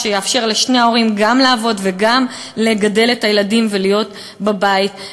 שיאפשר לשני ההורים גם לעבוד וגם לגדל את הילדים ולהיות בבית.